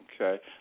Okay